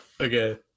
Okay